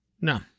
No